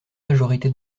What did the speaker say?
majorité